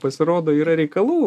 pasirodo yra reikalų